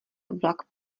vlak